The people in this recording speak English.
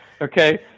okay